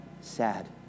sad